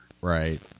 Right